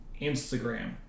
Instagram